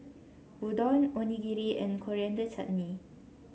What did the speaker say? Udon Onigiri and Coriander Chutney